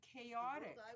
chaotic